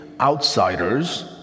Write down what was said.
outsiders